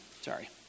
sorry